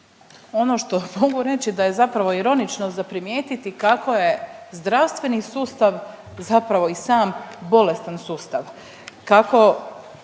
ono što mogu reći da je zapravo ironično za primijetiti kako je zdravstveni sustav zapravo i sam bolestan sustav,